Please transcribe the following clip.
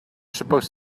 supposed